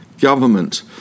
government